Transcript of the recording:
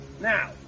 Now